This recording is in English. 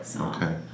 Okay